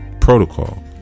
protocol